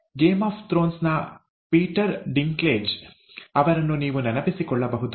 game of Thrones ನ Peter Dinklage ಅವರನ್ನು ನೀವು ನೆನಪಿಸಿಕೊಳ್ಳಬಹುದು